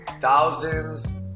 thousands